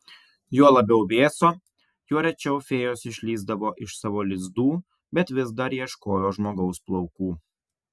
juo labiau vėso juo rečiau fėjos išlįsdavo iš savo lizdų bet vis dar ieškojo žmogaus plaukų